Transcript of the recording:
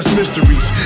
mysteries